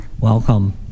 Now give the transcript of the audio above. Welcome